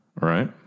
right